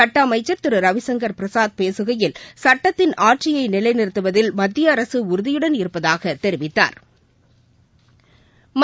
சட்ட அமைச்சள் திரு ரவிசங்கள் பிரசாத் பேககையில் சட்டத்தின் ஆட்சியை நிலைநிறுத்துவதில் மத்திய அரசு உறுதியுடன் இருப்பதாகத் தெரிவித்தாா்